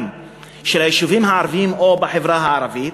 של היישובים הערביים או בחברה הערבית,